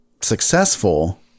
successful